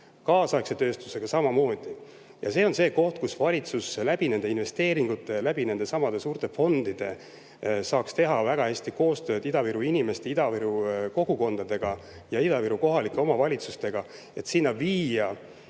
kaasaegse tööstusega samamoodi. Ja see on see koht, kus valitsus nende investeeringute, nendesamade suurte fondide toel saaks teha väga hästi koostööd Ida-Viru inimestega, Ida-Viru kogukondadega ja Ida-Viru kohalike omavalitsustega, et sinna viia